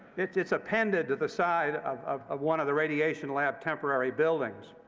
it's it's appended to the side of of one of the radiation lab temporary buildings.